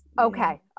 Okay